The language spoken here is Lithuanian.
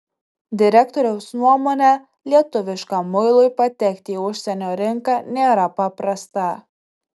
direktoriaus nuomone lietuviškam muilui patekti į užsienio rinką nėra paprasta